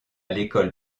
l’école